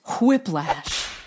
whiplash